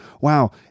Wow